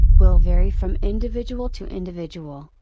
will vary from individual to individual,